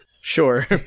Sure